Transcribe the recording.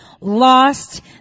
lost